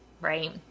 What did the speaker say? right